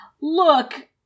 look